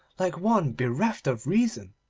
like one bereft of reason.